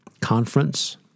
Conference